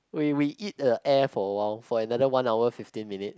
we we eat the air for awhile for another one hour fifteen minutes